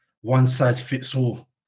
one-size-fits-all